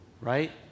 right